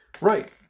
right